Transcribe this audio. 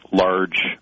large